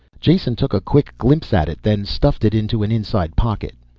jason took a quick glimpse at it, then stuffed it into an inside pocket.